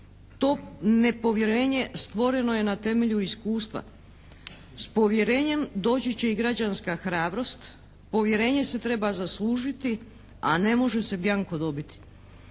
To nepovjerenje stvoreno je na temelju iskustva. S povjerenjem doći će i građanska hrabrost. Povjerenje se treba zaslužiti a ne može se bianco dobiti.